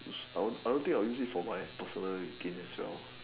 I won't I won't think I would use it for my personal kin as well